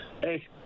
hey